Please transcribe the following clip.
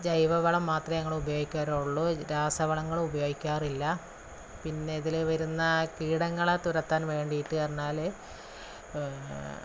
ജൈവവളം മാത്രമേ ഞങ്ങൾ ഉപയോഗിക്കാറുള്ളൂ രാസവളങ്ങൾ ഉപയോഗിക്കാറില്ല പിന്നെ ഇതിൽ വരുന്ന കീടങ്ങളെ തുരത്താൻ വേണ്ടിയിട്ട് പറഞ്ഞാൽ